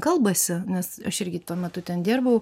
kalbasi nes aš irgi tuo metu ten dirbau